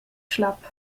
schlapp